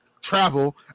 travel